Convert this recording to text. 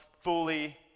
fully